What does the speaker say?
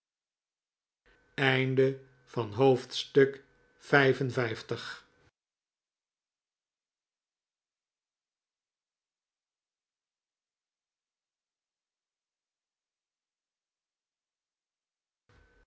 was van het de